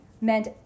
meant